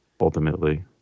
ultimately